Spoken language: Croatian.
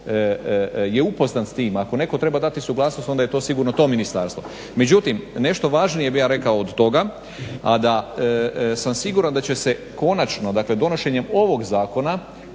upoznat s tim ako netko treba dati suglasnost onda je to sigurno to ministarstvo. Međutim, nešto važnije bih ja rekao od toga, a da sam siguran da će se konačno dakle donošenjem ovog zakona